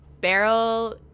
barrel